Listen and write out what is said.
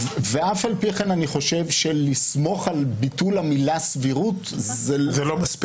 ואף על פי כן אני חושב שלסמוך על ביטול המילה סבירות --- זה לא מספיק.